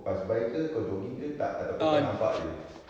pass by ke kau jogging ke tak ataupun kau nampak jer